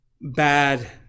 bad